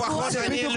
הופ, הופ, הופ.